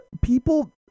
people